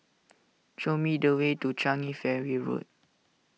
show me the way to Changi Ferry Road